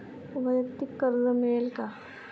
वैयक्तिक कर्ज मिळेल का?